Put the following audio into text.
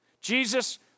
Jesus